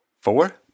four